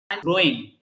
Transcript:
growing